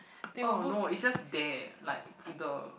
oh no is just there like in the